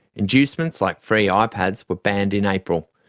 inducements like free ah ipads were banned in april.